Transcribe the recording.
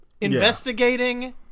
investigating